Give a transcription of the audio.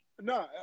No